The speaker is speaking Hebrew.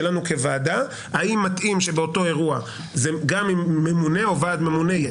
כוועדה האם מתאים שבאותו אירוע גם אם ממונה או ועד ממונה יהיה.